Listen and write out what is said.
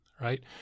right